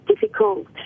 difficult